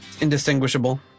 Indistinguishable